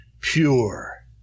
pure